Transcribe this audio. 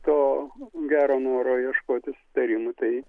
to gero noro ieškoti sutarimo tai